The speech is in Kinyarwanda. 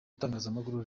itangazamakuru